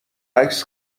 عکس